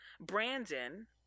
Brandon